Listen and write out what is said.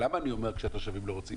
למה אני אומר כאשר התושבים לא רוצים?